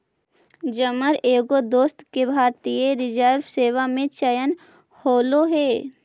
जमर एगो दोस्त के भारतीय राजस्व सेवा में चयन होले हे